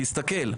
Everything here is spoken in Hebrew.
תסתכל,